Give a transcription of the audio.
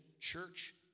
church